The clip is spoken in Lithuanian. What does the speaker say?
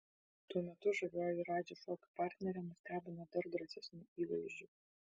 tuo metu žavioji radži šokių partnerė nustebino dar drąsesniu įvaizdžiu